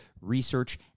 research